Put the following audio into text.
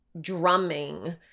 drumming